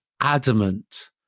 adamant